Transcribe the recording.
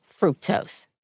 fructose